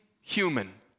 human